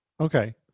Okay